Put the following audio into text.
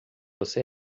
você